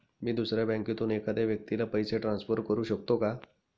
मी दुसऱ्या बँकेतून एखाद्या व्यक्ती ला पैसे ट्रान्सफर करु शकतो का?